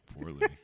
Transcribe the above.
Poorly